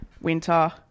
winter